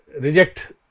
reject